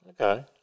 Okay